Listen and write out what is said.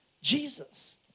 Jesus